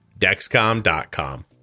Dexcom.com